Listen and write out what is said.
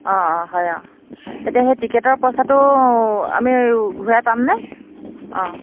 অ' হয় অঁ এতিয়া সেই টিকেটৰ পইচাটো আমি ঘূৰাই পামনে অঁ